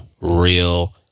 real